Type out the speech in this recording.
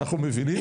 אנחנו מבינים,